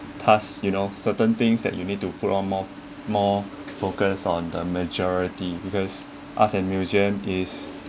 pass you know certain things that you need to put on more more focus on the majority because art and museum is